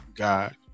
God